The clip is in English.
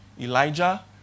Elijah